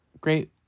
great